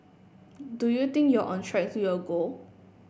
do you think you're on track to your goal